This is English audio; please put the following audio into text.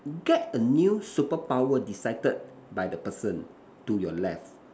get a new superpower decided by the person to your left